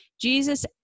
Jesus